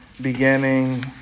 beginning